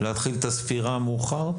להתחיל את הספירה מאוחר?